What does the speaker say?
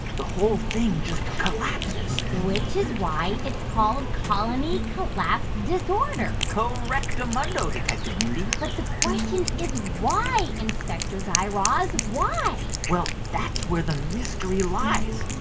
the whole thing just collapses which is why it's called colony collapse disorder correctamundo, detective mindy but the question is, why, inspector guy raz? why? well, that's where the mystery lies.